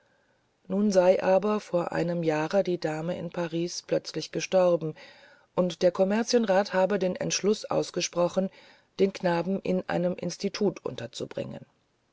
nun sei aber vor einem jahre die dame in paris plötzlich gestorben und der kommerzienrat habe den entschluß ausgesprochen den knaben in einem institut unterzubringen